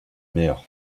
mer